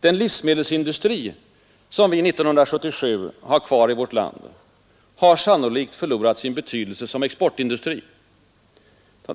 Den livsmedelsindustri, som vi 1977 har kvar i vårt land, har sannolikt förlorat sin betydelse som exportindustri.